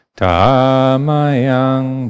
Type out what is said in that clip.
tamayang